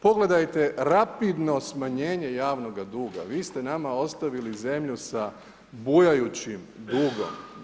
Pogledajte rapidno smanjenje javnoga duga, vi ste nama ostavili zemlju sa bujajućim dugom.